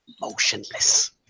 motionless